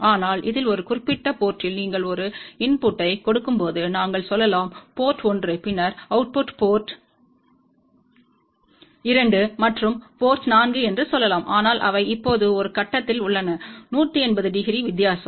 ஆனால் இதில் ஒரு குறிப்பிட்ட போர்ட்த்தில் நீங்கள் ஒரு இன்புட்டைக் கொடுக்கும்போது நாங்கள் சொல்லலாம் போர்ட் 1 பின்னர் அவுட்புட் போர்ட் 2 மற்றும் போர்ட் 4 என்று சொல்லலாம் ஆனால் அவை இப்போது ஒரு கட்டத்தில் உள்ளன 180 டிகிரி வித்தியாசம்